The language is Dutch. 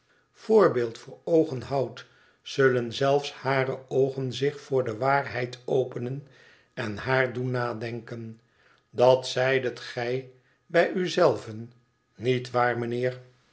voorbeeld voor oogen houd zullen zelfe hare oogen zich voor de waarheid openen en haar doen nadenken dat zeidet gij bij u zelven niet waar mijnheer